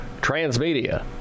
Transmedia